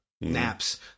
naps